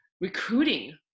recruiting